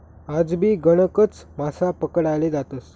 आजबी गणकच मासा पकडाले जातस